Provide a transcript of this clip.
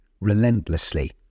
relentlessly